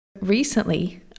Recently